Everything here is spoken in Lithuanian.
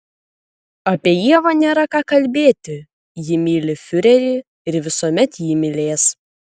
apie ievą nėra ką kalbėti ji myli fiurerį ir visuomet jį mylės